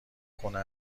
خونه